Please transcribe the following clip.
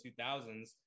2000s